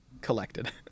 collected